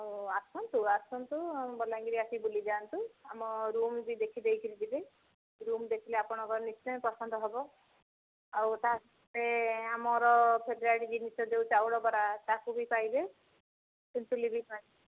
ହେଉ ଆସନ୍ତୁ ଆସନ୍ତୁ ଆମ ବଲାଙ୍ଗୀରି ଆସି ବୁଲି ଯାଆନ୍ତୁ ଆମ ରୁମ୍ ବି ଦେଖି ଦେଇକିରି ଯିବେ ରୁମ୍ ଦେଖିଲେ ଆପଣଙ୍କର ନିଶ୍ଚୟ ପସନ୍ଦ ହେବ ଆଉ ତା'ପରେ ଆମର ଫେବରାଇଟ୍ ଜିନିଷ ଯେଉଁ ଚାଉଳ ବରା ତାକୁ ବି ପାଇବେ ତେନ୍ତୁଲି ବି ପାଇବେ